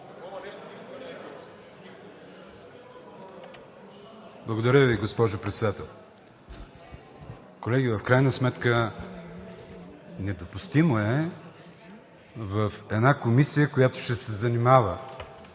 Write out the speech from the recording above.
Благодаря Ви, госпожо Председател. Колеги, в крайна сметка е недопустимо в една комисия, която ще се занимава